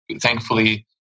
thankfully